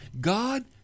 God